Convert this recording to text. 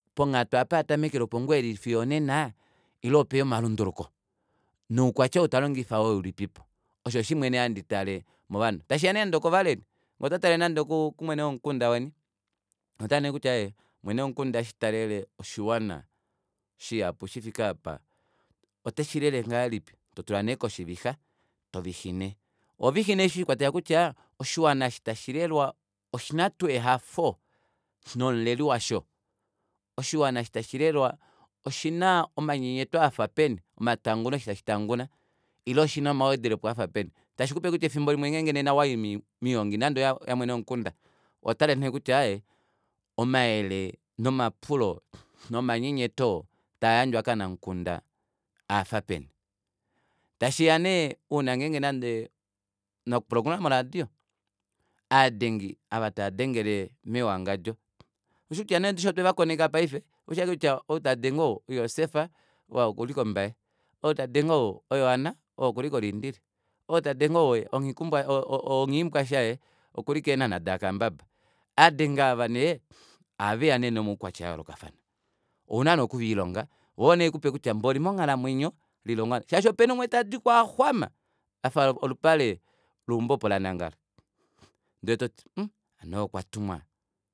Ponghatu apa atamekele opo ngoo eli fiyo onena ile opeya omalunduluko noukwatya ou talongifa oyoo ulipipo osho oshimwe nee handi tale movanhu tashiya nee nande okovaleli ngee otwatale nande oku oku mwene womukunda weni otwakala nee kutya ee mwene womukunda eshi talele oshiwana shihapu shifike aapa oteshilele ngahalipi totula nee koshivixa nee ohovixi nee shiikwatelela kutya oshiwana eshi tashilelwa oshina tuu ehafo nomuleli washo oshiwana eshi tashi lelwa oshina omanyenyeto afapeni omatanguno eshi tashi tanguna ile oshina omawedelepo afapeni tashikupe kutya efimbo limwe ngenge owayi moyoongi nande oyamwene womukunda ohotale nee kutya aaye omayele nomapulo nomanyenyeto taayandjwa kovanamukunda okwafa peni tashiya nee ouna ngeenge nande pamwe okulonga moradio aadengi ava taadengele mewangandjo oushi neekutya otwevakoneka paife ushi ashike kutya ou tadenge ou ojoseph okuli ko bay outadenge ou ojohanna okuli ko luderitz ou tadenge ou onghiimbwasha okuli keenhana dahakambaba ovadenge aava nee ohaveya nee nomaukwatya ayoolokafana ouna nee okuviilonga voo ovo nee haikupe kutya mboli monghalamwenyo lilonga ovanhu shaashi opena umwe tadiko axwama afa olupale leumbo opo lanangala ndee toti mhhh hano ou okwatumwa